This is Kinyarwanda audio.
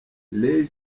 ray